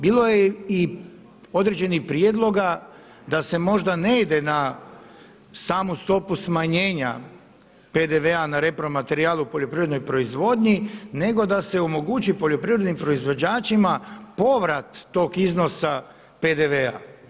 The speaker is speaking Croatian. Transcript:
Bilo je i određenih prijedloga da se možda ne ide na samu stopu smanjenja PDV-a na repromaterijal u poljoprivrednoj proizvodnji, nego da se omogući poljoprivrednim proizvođačima povrat tog iznosa PDV-a.